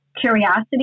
curiosity